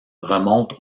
remonte